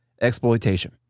exploitation